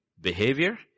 behavior